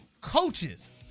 coaches –